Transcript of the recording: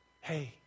Hey